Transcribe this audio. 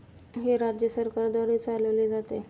हे राज्य सरकारद्वारे चालविले जाते